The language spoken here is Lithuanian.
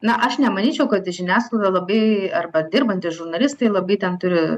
na aš nemanyčiau kad žiniasklaida labai arba dirbantys žurnalistai labai ten turi